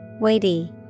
Weighty